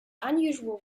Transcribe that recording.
unusual